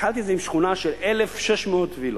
התחלתי את זה עם שכונה של 1,600 וילות.